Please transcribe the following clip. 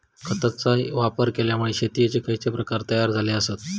खतांचे वापर केल्यामुळे शेतीयेचे खैचे प्रकार तयार झाले आसत?